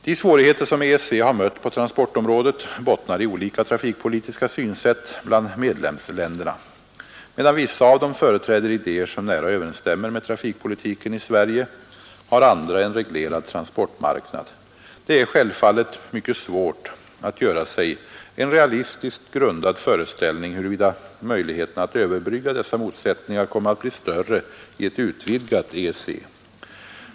De svårigheter som EEC har mött på transportområdet bottnar i olika trafikpolitiska synsätt bland medlemsländerna. Medan vissa av dem företräder idéer som nära överensstämmer med trafikpolitiken i Sverige, har andra en reglerad transportmarknad. Det är självfallet mycket svårt att göra sig en realistiskt grundad föreställning huruvida möjligheterna att överbrygga dessa motsättningar kommer att bli större i ett utvidgat EEC.